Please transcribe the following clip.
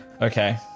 okay